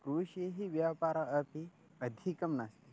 कृषिः व्यापारः अपि अधिकं नास्ति